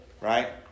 right